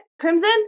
Crimson